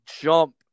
jump